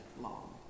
long